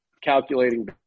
calculating